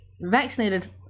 vaccinated